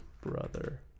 Brother